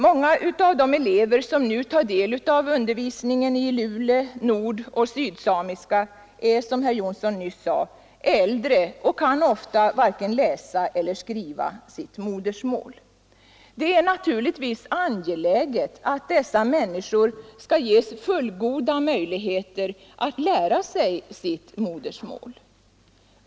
Många av de elever som nu tar del av undervisningen i lule-, nordoch sydsamiska är, som herr Jonsson i Alingsås nyss sade, äldre och kan ofta varken läsa eller skriva sitt modersmål. Det är naturligtvis angeläget att dessa människor ges fullgoda möjligheter att lära sig sitt modersmål.